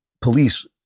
police